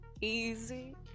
easy